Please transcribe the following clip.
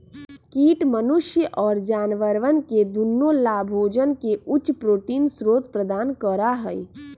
कीट मनुष्य और जानवरवन के दुन्नो लाभोजन के उच्च प्रोटीन स्रोत प्रदान करा हई